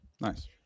Nice